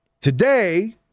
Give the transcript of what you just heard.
Today